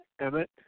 Emmett